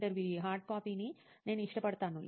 ఇంటర్వ్యూఈ hard కాపీని నేను ఇష్టపడతాను